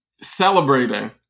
celebrating